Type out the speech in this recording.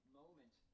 moment